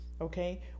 okay